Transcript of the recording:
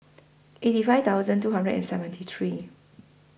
eighty five thousand two hundred and seventy three